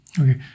Okay